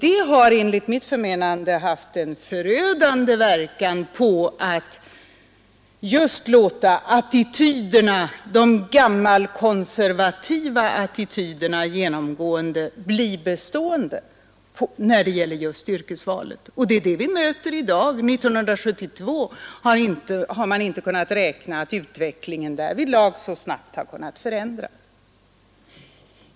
Det har enligt mitt förmenande haft en förödande verkan i fråga om att låta de gammalkonservativa attityderna genomgående bli bestående vid yrkesvalet. Det är detta vi möter i dag. År 1972 har man inte kunnat notera att utvecklingen därvidlag så snabbt har kunnat förändras.